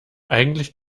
eigentlich